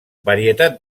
varietat